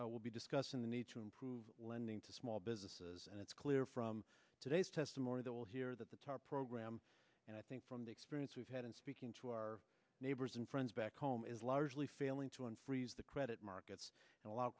today will be discussing the need to improve lending to small businesses and it's clear from today's testimony they will hear that the tarp program and i think from the experience we've had in speaking to our neighbors and friends back home is largely failing to unfreeze the credit markets and allo